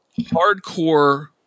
hardcore